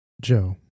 Joe